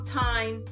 time